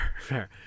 fair